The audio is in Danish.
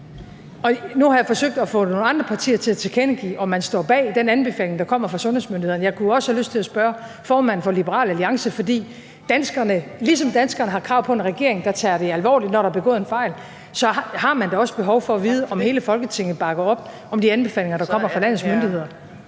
Nu har jeg forsøgt at få nogle andre partier til at tilkendegive, om man står bag den anbefaling, der kommer fra sundhedsmyndighederne. Jeg kunne også have lyst til at spørge formanden for Liberal Alliance om det, for ligesom danskerne har krav på en regering, der tager det alvorligt, når der er begået en fejl, så har man da også behov for at vide, om hele Folketinget bakker op om de anbefalinger, der kommer fra landets myndigheder.